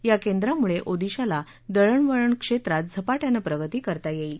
या केंद्रामुळे ओदिशाला दळण वळण क्षेत्रात झपाट्यानं प्रगती करता येईल